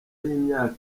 y’imyaka